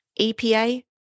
EPA